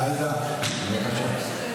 חבל שאחרי